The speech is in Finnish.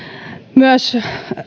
myös